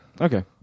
Okay